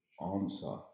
answer